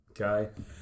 Okay